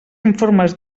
informes